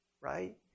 right